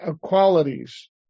qualities